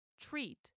Treat